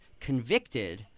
convicted